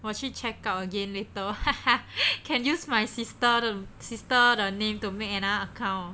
我去 check out again later can use my sister sister 的 name to make another account